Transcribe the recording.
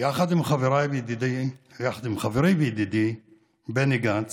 יחד עם חברי וידידי בני גנץ,